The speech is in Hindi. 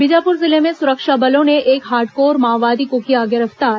बीजापुर जिले में सुरक्षा बलों ने एक हार्डकोर माओवादी को किया गिरफ्तार